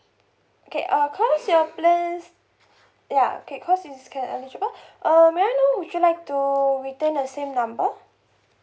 okay uh cause your plans ya okay cause it's can eligible uh may I know would you like to retain the same number